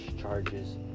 charges